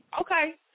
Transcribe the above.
Okay